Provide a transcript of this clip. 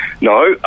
no